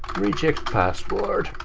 reject password.